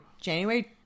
January